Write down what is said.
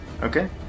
Okay